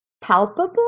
palpable